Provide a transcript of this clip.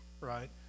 right